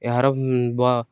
ଏହାର ବ